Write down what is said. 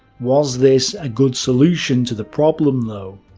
was this a good solution to the problem though?